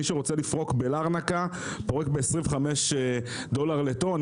מי שרוצה לפרוק בלרנקה, פורק ב-25 דולר לטון.